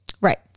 Right